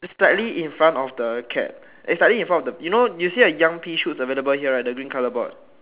slightly in front of the cat eh slightly in front of the you know you see the young pea shoots available here right the green colour board